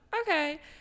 okay